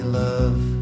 love